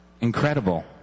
incredible